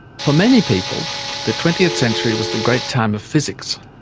for many people the twentieth century was the great time of physics.